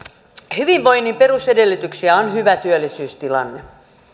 hyvinvoinnin perus edellytyksiä on hyvä työllisyystilanne